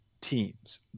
teams